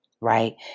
right